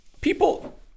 people